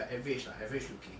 if I average ah average looking